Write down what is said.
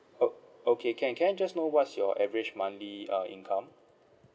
o~ okay can can I just know what's your average monthly uh income